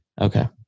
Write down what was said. Okay